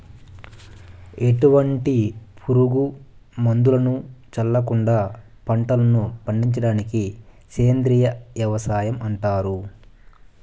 ఎటువంటి పురుగు మందులను చల్లకుండ పంటలను పండించడాన్ని సేంద్రీయ వ్యవసాయం అంటారు